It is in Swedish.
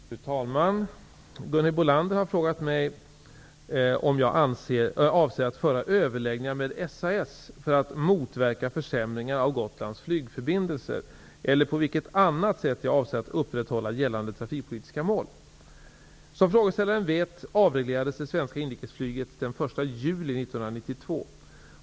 Fru talman! Gunhild Bolander har frågat mig om jag avser att föra överläggningar med SAS för att motverka försämringar av Gotlands flygförbindelser eller på vilket annat sätt jag avser att upprätthålla gällande trafikpolitiska mål. Som frågeställaren vet avreglerades det svenska inrikesflyget den 1 juli 1992.